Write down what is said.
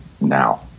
now